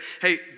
hey